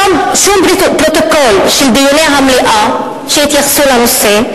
שום פרוטוקול של דיוני המליאה שהתייחסו לנושא,